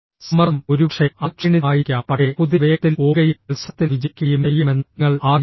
സമ്മർദ്ദം ഒരുപക്ഷേ അത് ക്ഷീണിതമായിരിക്കാം പക്ഷേ കുതിര വേഗത്തിൽ ഓടുകയും മൽസരത്തിൽ വിജയിക്കുകയും ചെയ്യണമെന്ന് നിങ്ങൾ ആഗ്രഹിക്കുന്നു